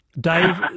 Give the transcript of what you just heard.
Dave